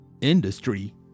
Industry